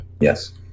yes